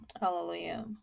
Hallelujah